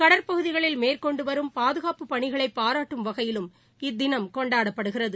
கடற்பகுதிகளில் மேற்கொண்டு வரும் பாதுகாப்பு பனிகளை பாராட்டும் வகையிலும் இத்தினம் கொண்டாடப்படுகிறது